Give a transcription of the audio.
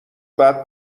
بعد